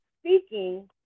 speaking